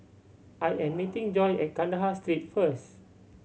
I am meeting Joy at Kandahar Street first